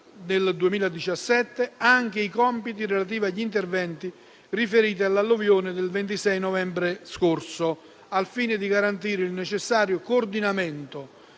del 2017 anche i compiti relativi agli interventi riferiti all'alluvione del 26 novembre scorso, al fine di garantire il necessario coordinamento